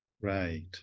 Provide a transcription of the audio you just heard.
Right